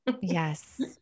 Yes